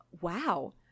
wow